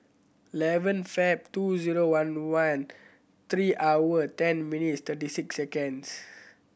eleven Feb two zero one one three hour ten minutes thirty six seconds